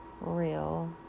real